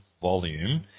volume